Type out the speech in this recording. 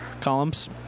columns